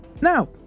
Now